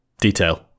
detail